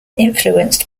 influenced